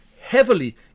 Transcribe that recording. heavily